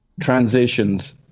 transitions